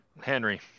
Henry